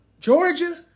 Georgia